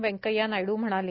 व्यंकय्या नायडू म्हणाले